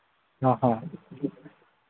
ꯍꯣꯏ ꯍꯣꯏ